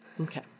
Okay